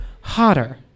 hotter